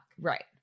Right